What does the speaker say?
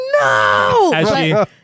no